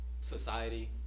society